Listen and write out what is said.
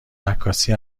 عکاسی